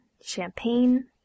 Champagne